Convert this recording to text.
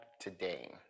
today